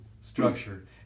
structure